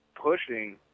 pushing